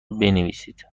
بنویسید